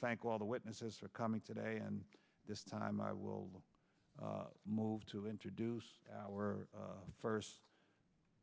thank all the witnesses for coming today and this time i will move to introduce our first